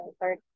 third